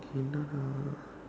okay